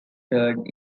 third